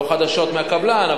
לא חדשות מהקבלן,